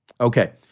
Okay